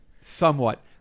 Somewhat